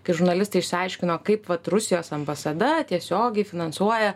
kai žurnalistai išsiaiškino kaip vat rusijos ambasada tiesiogiai finansuoja